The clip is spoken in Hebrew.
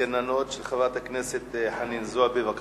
של חברת הכנסת חנין זועבי: פיטורי עשרות גננות.